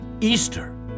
Easter